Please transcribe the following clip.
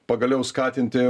pagaliau skatinti